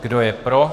Kdo je pro?